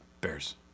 Bears